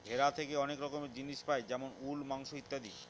ভেড়া থেকে অনেক রকমের জিনিস পাই যেমন উল, মাংস ইত্যাদি